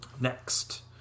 Next